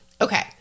okay